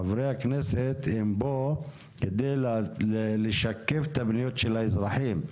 חברי הכנסת הם פה כדי לשקף את המדיניות של האזרחים,